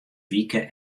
wike